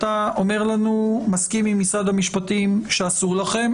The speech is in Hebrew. אתה מסכים עם משרד המשפטים שאסור לכם.